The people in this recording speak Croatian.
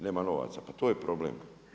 Nema novaca, pa to je problem.